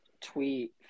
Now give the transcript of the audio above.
tweet